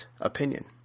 opinion